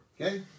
okay